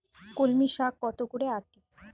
কলমি শাখ কত করে আঁটি?